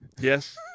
Yes